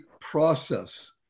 process